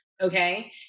Okay